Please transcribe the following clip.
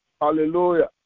Hallelujah